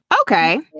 Okay